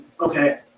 okay